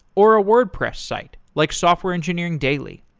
or a wordpress site, like software engineering daily.